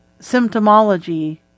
symptomology